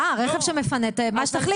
רכב שמפנה, מה שתחליטי.